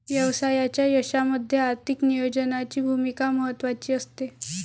व्यवसायाच्या यशामध्ये आर्थिक नियोजनाची भूमिका महत्त्वाची असते